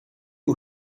aux